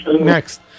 Next